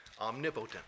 omnipotent